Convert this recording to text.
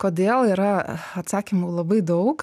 kodėl yra atsakymų labai daug